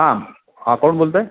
हां हां कोण बोलत आहे